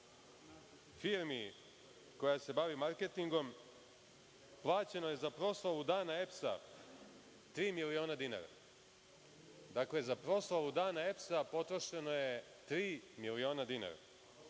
firmi, koja se bavi marketingom, plaćeno je za proslavu dana EPS-a tri miliona dinara. Dakle, za proslavu dana EPS-a potrošeno je tri miliona dinara.